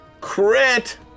Crit